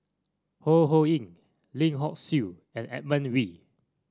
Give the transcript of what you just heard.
Ho Ho Ying Lim Hock Siew and Edmund Wee